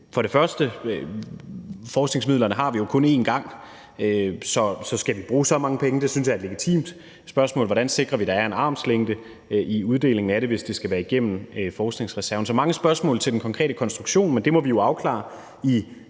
har vi jo kun forskningsmidlerne én gang, så skal vi bruge så mange penge? Det synes jeg er et legitimt spørgsmål. Hvordan sikrer vi, at der er en armslængde i uddelingen af det, hvis det skal være igennem forskningsreserven? Så der kan stilles mange spørgsmål til den konkrete konstruktion, men det må vi jo afklare i